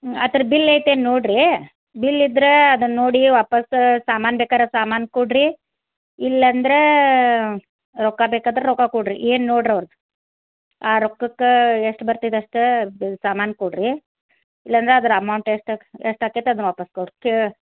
ಆ ಥರದ್ ಬಿಲ್ ಐತೇನು ನೋಡ್ರಿ ಬಿಲ್ ಇದ್ರ ಅದನ್ನ ನೋಡಿ ವಾಪಾಸ ಸಾಮಾನು ಬೇಕಾರ ಸಾಮಾನು ಕೊಡ್ರಿ ಇಲ್ಲಂದ್ರ ರೊಕ್ಕ ಬೇಕಾದರೆ ರೊಕ್ಕ ಕೊಡ್ರಿ ಏನು ನೋಡ್ರಿ ಅವ್ರ್ದ ಆ ರೊಕ್ಕಕ್ಕ ಎಷ್ಟು ಬರ್ತೈದು ಅಷ್ಟ ಬೆ ಸಾಮಾನು ಕೊಡ್ರಿ ಇಲ್ಲಾಂದರೆ ಅದರ ಅಮೌಂಟ್ ಎಷ್ಟು ಅಕ್ಸ್ ಎಷ್ಟು ಅಕ್ಕೆತ ಅದನ್ನ ವಾಪಾಸ್ ಕೊಡ್ಕೇ